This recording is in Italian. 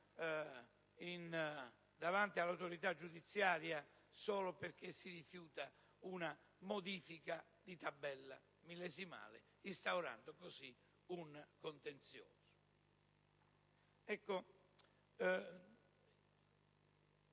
davanti all'autorità giudiziaria solo perché si rifiuta una modifica di tabella millesimale, instaurando così un contenzioso.